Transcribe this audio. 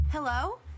hello